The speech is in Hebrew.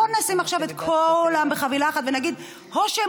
לא נשים עכשיו את כולם בחבילה אחת ונגיד: או שהם